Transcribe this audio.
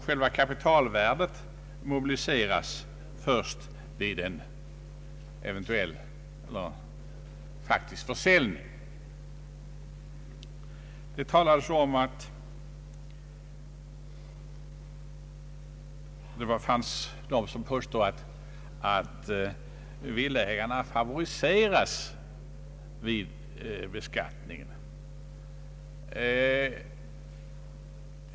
Själva kapitalvärdet mobiliseras först vid en eventuell försäljning. Det finns de som påstår att villaägarna favoriseras vid beskattningen.